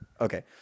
okay